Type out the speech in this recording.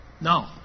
No